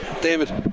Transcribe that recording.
David